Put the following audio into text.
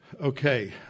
Okay